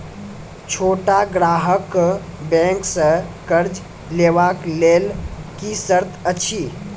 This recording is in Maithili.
छोट ग्राहक कअ बैंक सऽ कर्ज लेवाक लेल की सर्त अछि?